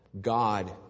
God